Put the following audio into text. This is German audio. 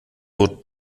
wort